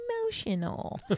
emotional